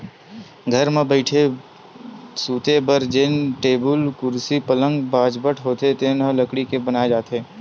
घर म बइठे, सूते बर जेन टेबुल, कुरसी, पलंग, बाजवट होथे तेन ह लकड़ी के बनाए जाथे